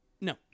No